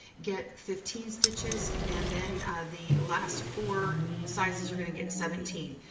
get fifteen stitches. and then the last four sizes are gonna get seventeen.